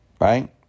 right